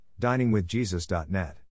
diningwithjesus.net